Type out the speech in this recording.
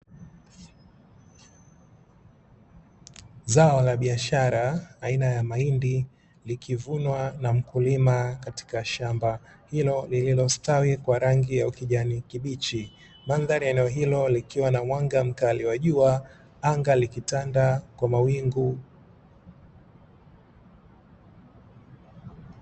Zao la biashara aina ya mahindi likivunwa na mkulima katika shamba hilo lililostawi kwa rangi ya ukijani kibichi. mandhari ya eneo hilo likiwa na mwanga mkali wa jua anga likitanda kwa mawingu.